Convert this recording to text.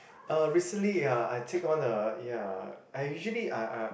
uh recently ya I take on a ya I usually uh uh